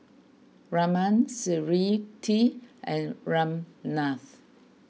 Raman Smriti and Ramnath